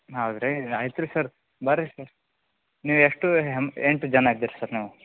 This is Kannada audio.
ಹೌದು ರೀ ಆಯ್ತು ರೀ ಸರ್ ಬನ್ರಿ ನೀವು ಎಷ್ಟು ಎಂಟು ಜನ ಇದೀರಿ ಸರ್ ನೀವು